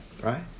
right